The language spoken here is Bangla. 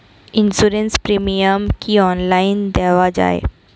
ইন্সুরেন্স প্রিমিয়াম কি অনলাইন দেওয়া যায়?